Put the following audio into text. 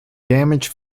damaged